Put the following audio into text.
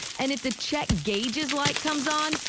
and if the check gauges light comes on,